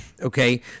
okay